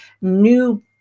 new